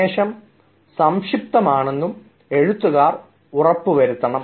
സന്ദേശം സംക്ഷിപ്തമാണെന്ന് എഴുത്തുകാർ ഉറപ്പുവരുത്തണം